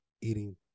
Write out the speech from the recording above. eating